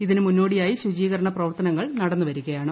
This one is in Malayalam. ഇതിന് മുന്നോടിയായി ശുചീകരണ പ്രവർത്തനങ്ങൾ നടന്നു വരികയാണ്